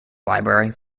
library